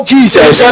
Jesus